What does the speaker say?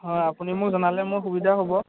হয় আপুনি মোক জনালে মোৰ সুবিধা হ'ব